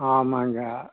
ஆமாங்க